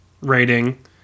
rating